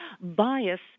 bias